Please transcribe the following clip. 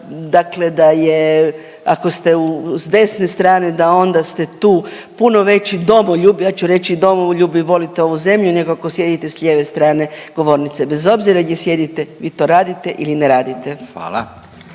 da je ako ste s desne strane da onda ste tu puno veći domoljub, ja ću reći domoljub i volite ovu zemlju i nekako sjedite s lijeve strane govornice, bez obzira gdje sjedite vi to radite ili ne radite.